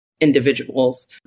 individuals